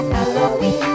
Halloween